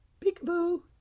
peekaboo